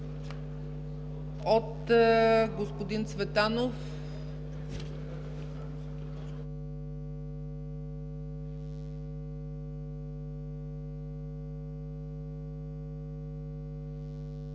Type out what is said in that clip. от господин Цветанов.